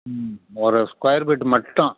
ம் ஒரு square feet மட்டும்